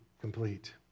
complete